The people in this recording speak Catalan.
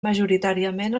majoritàriament